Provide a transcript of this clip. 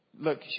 look